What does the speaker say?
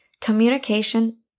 communication